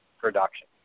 production